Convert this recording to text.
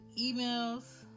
emails